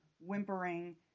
whimpering